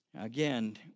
Again